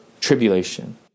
tribulation